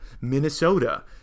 Minnesota